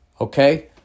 okay